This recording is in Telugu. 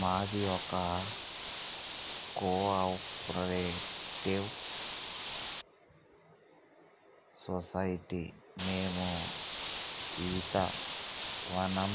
మాది ఒక కోఆపరేటివ్ సొసైటీ మేము ఈత వనం